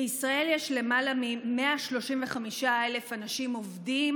בישראל יש למעלה מ-135,000 אנשים עובדים